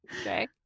Okay